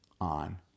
on